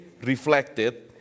reflected